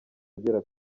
agera